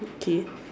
okay